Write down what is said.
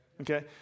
okay